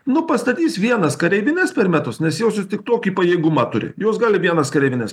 nu pastatys vienas kareivines per metus nes josios tik tokį pajėgumą turi jos gali vienas kareivines